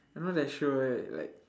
I'm not that sure eh like